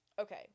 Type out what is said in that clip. Okay